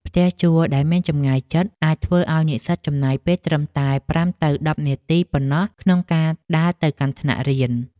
ផ្ទះជួលដែលមានចម្ងាយជិតអាចធ្វើឱ្យនិស្សិតចំណាយពេលត្រឹមតែប្រាំទៅដប់នាទីប៉ុណ្ណោះក្នុងការដើរទៅកាន់ថ្នាក់រៀន។